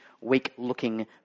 weak-looking